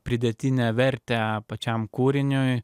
pridėtinę vertę pačiam kūriniui